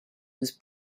was